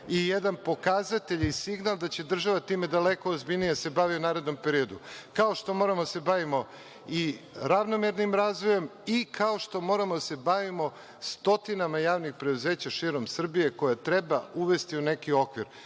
i jedan pokazatelj i signal da će država time daleko ozbiljnije da se bavi u narednom periodu. Kao što moramo da se bavimo ravnomernim razvojem, i kao što moramo da se bavimo stotinama javnih preduzeća širom Srbije koje treba uvesti u neki okvir.